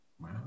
Wow